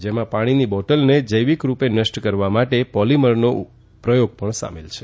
જેમાં પાણીની બોટલને જૈવિકરૂપે નષ્ટ કરવા માટે પોલીમરનો પ્રયોગ પણ સામેલ છે